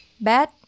Bad